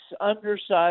undersized